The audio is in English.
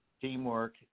teamwork